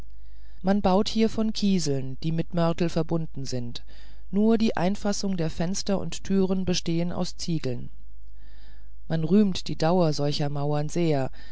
man baut hier von kieseln die mit mörtel verbunden sind nur die einfassungen der fenster und türen bestehen aus ziegeln man rühmt die dauer solcher mauern sehr